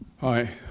Hi